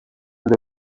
the